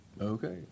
Okay